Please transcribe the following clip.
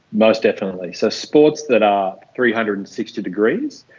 most definitely. so sports that are three hundred and sixty degrees,